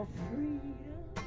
freedom